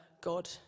God